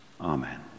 Amen